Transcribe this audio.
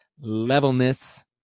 levelness